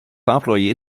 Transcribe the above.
employés